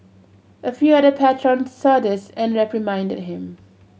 a few other patrons saw this and reprimanded him